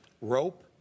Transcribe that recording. rope